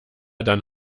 dann